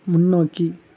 முன்னோக்கி